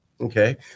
okay